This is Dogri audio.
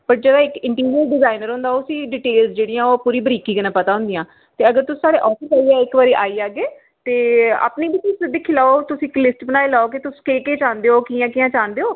पर जेह्ड़ा इक इंटीरियर डिजाइनर होंदा उसी डिटेल पूरियां जेह्ड़ियां ओह् पूरी बरीकी कन्नै पता होंदियां ते अगर तुस साढ़े आफिस आइयै इक बारी आई जाह्गे ते अपनी बी तुस दिक्खी लैओ तुस इक लिस्ट बनाई लैओ कि तुस केह् केह् चांह्दे ओ कि'यां कि'यां चांह्दे ओ